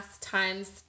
times